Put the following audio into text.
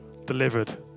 delivered